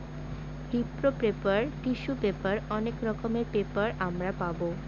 রিপ্র paper, tissue paper অনেক রকমের পেপার আমরা পাবো